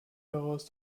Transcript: daraus